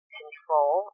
control